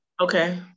Okay